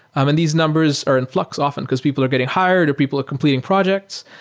um and these numbers are in flux often because people are getting hired or people are completing projects.